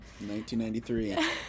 1993